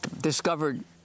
discovered